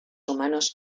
humanos